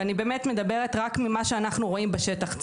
ואני מדברת רק ממה שאנחנו רואים בשטח,